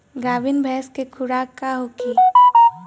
गाभिन भैंस के खुराक का होखे?